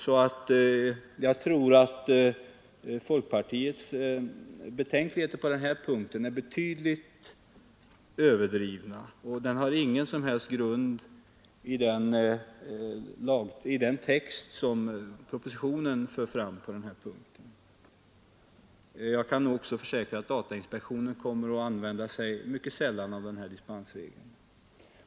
Så jag tror att folkpartiets betänkligheter på den här punkten är betydligt överdrivna och inte har grund i propositionens text. Jag kan nog försäkra att datainspektionen kommer att använda sig mycket sällan av den här regeln.